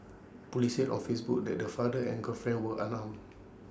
Police said or Facebook that the father and girlfriend were are long